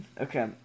okay